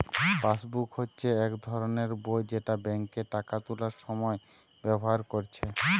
passbook হচ্ছে এক ধরণের বই যেটা বেঙ্কে টাকা তুলার সময় ব্যাভার কোরছে